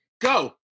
Go